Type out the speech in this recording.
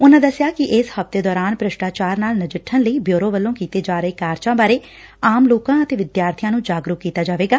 ਉਨਾਂ ਦਸਿਆ ਕਿ ਇਸ ਹਫ਼ਤੇ ਦੌਰਾਨ ਭ੍ਰਿਸ਼ਟਾਚਾਰ ਨਾਲ ਨਜਿੱਠਣ ਲਈ ਬਿਉਰੋ ਵੱਲੋਂ ਕੀਤੇ ਜਾ ਰਹੇ ਕਾਰਜਾਂ ਬਾਰੇ ਆਮ ਲੋਕਾਂ ਅਤੇ ਵਿਦਿਆਰਬੀਆਂ ਨੂੰ ਜਾਗਰੁਕ ਕੀਤਾ ਜਾਵੇਗਾ